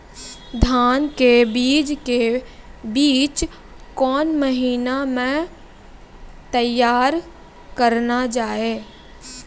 धान के बीज के बीच कौन महीना मैं तैयार करना जाए?